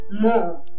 more